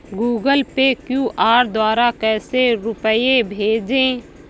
Google pay QR द्वारा कैसे रूपए भेजें?